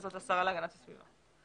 זאת השרה להגנת הסביבה.